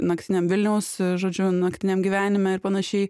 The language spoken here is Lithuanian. naktiniam vilniaus žodžiu naktiniam gyvenime ir panašiai